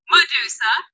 Medusa